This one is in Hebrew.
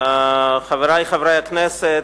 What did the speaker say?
תודה רבה, חברי חברי הכנסת,